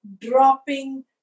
dropping